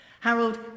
Harold